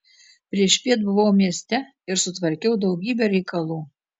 priešpiet buvau mieste ir sutvarkiau daugybę reikalų